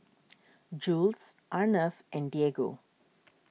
Jules Arnav and Diego